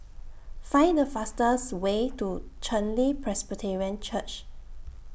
Find The fastest Way to Chen Li Presbyterian Church